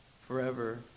forever